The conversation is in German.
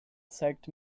zeigt